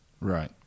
Right